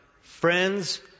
Friends